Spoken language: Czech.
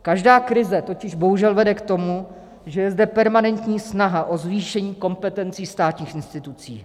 Každá krize totiž bohužel vede k tomu, že je zde permanentní snaha o zvýšení kompetencí státních institucí.